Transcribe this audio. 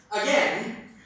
again